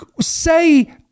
say